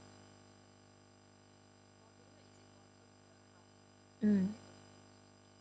mm